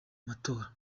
matora